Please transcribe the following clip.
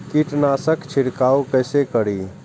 कीट नाशक छीरकाउ केसे करी?